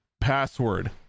password